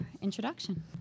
introduction